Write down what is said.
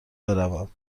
بروم